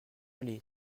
aller